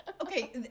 Okay